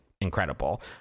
incredible